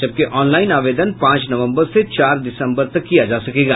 जबकि ऑनलाइन आवेदन पांच नवम्बर से चार दिसम्बर तक किया जा सकेगा